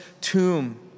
tomb